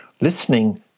Listening